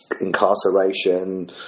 incarceration